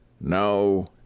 No